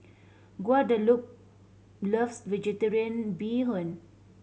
Guadalupe loves Vegetarian Bee Hoon